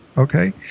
Okay